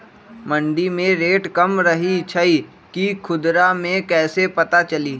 मंडी मे रेट कम रही छई कि खुदरा मे कैसे पता चली?